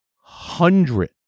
hundred